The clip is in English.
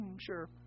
Sure